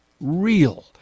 real